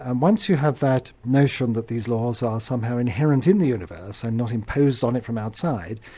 and once you have that notion that these laws are somehow inherent in the universe and not imposed on it from outside,